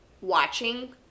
watching